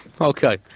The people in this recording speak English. Okay